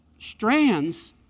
strands